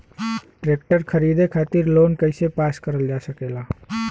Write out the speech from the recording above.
Tractor खरीदे खातीर loan कइसे पास करल जा सकेला?